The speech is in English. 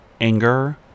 anger